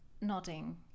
nodding